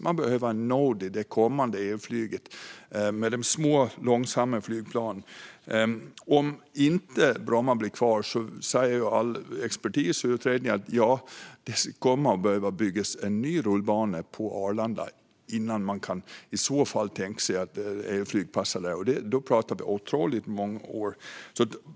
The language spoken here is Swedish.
Man behöver ha en nod i det kommande elflyget med de små, långsamma flygplanen. Om inte Bromma blir kvar säger all expertis och utredningar att det kommer att behöva byggas en ny rullbana på Arlanda innan man kan tänka sig att elflyg passar där. Då pratar vi om otroligt många år.